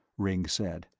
ringg said.